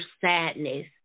sadness